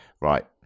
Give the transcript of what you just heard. Right